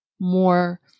more